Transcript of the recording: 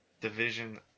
division